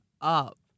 up